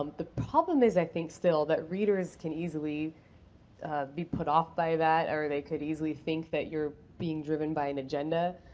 um the problem is, i think, still that readers can easily be put off by that, or they could easily think that you're being driven by an agenda.